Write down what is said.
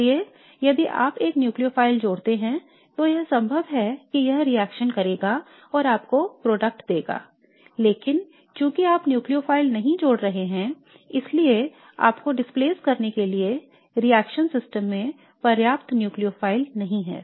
इसलिए यदि आप एक न्यूक्लियोफाइल जोड़ते हैं तो यह संभव है कि यह रिएक्शन करेगा और आपको उत्पाद देगा लेकिन चूंकि आप न्यूक्लियोफाइल नहीं जोड़ रहे हैं इसलिए इसको विस्थापित करने के लिए reaction system में पर्याप्त न्यूक्लियोफाइल नहीं है